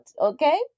okay